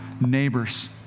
neighbors